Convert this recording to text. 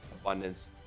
abundance